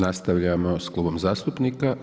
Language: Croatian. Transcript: Nastavljamo s Klubom zastupnika.